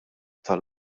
tal